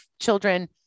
children